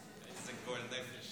איזה גועל נפש.